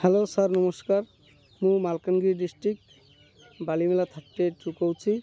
hello sir ନମସ୍କାର ମୁଁ Malkangiri district Balimela thirty ଏଇଟ୍ରୁ କହୁଛି